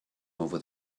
over